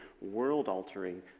world-altering